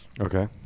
Okay